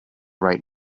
right